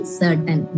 certain